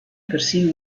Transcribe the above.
persino